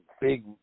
big